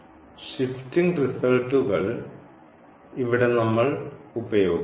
shifting റിസൾട്ടുകൾ ഇവിടെ നമ്മൾ ഉപയോഗിക്കുന്നു